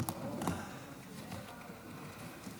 חברי הכנסת